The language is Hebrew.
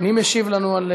מי משיב לנו?